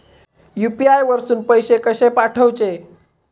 UPI वरसून पैसे कसे पाठवचे?